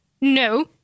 No